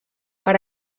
per